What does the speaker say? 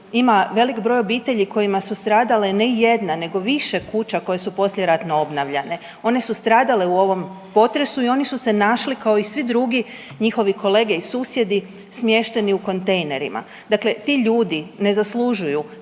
ima veliki broj obitelji kojima su stradale ne jedna nego više kuće koje su poslijeratno obnavljane. One su stradale u ovom potresu i oni su se našli kao i svi drugi njihovi kolege i susjedi smješteni u kontejnerima. Dakle, ti ljudi ne zaslužuju